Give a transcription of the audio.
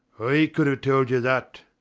i could have told you that.